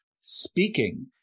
speaking